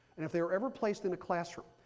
and if there were ever placed in a classroom,